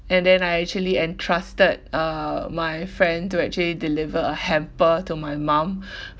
and then I actually entrusted uh my friend to actually deliver a hamper to my mum